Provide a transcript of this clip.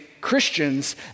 christians